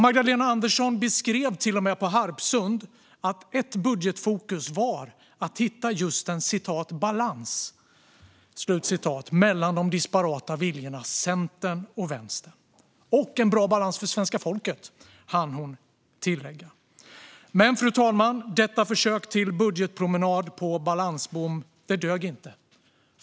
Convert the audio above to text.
Magdalena Andersson beskrev till och med på Harpsund att ett budgetfokus var att hitta just en balans mellan de disparata viljorna Centern och Vänstern - och en bra balans för svenska folket, hann hon tillägga. Fru talman! Detta försök till budgetpromenad på balansbom dög dock inte.